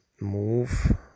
move